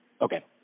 Okay